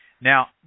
Now